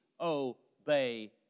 obey